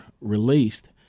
released